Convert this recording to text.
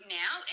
now